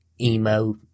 emo